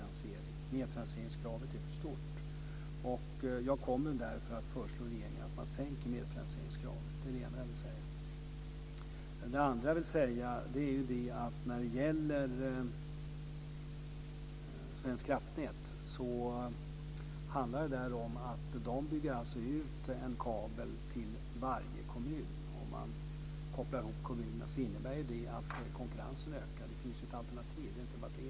Medfinansieringskravet är för stort. Jag kommer därför att föreslå regeringen att man sänker medfinansieringskravet. Det är det ena jag vill säga. Det andra jag vill säga är att när det gäller Svenska Kraftnät handlar det om att de bygger ut en kabel till varje kommun. Om man kopplar ihop kommunerna innebär det att konkurrensen ökar. Det finns ju ett alternativ.